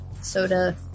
soda